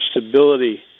stability